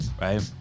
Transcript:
Right